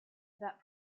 that